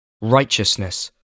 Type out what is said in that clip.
righteousness